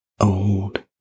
old